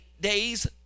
days